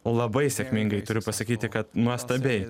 labai sėkmingai turiu pasakyti kad nuostabiai